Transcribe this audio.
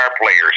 player's